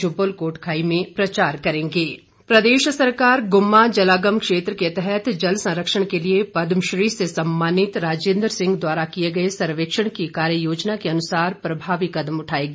जल संरक्षण प्रदेश सरकार गुम्मा जलागम क्षेत्र के तहत जल संरक्षण के लिए पदमश्री से सम्मानित राजेन्द्र सिंह द्वारा किए गए सर्वेक्षण की कार्य योजना के अनुसार प्रभावी कदम उठाएगी